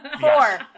Four